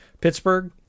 pittsburgh